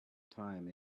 time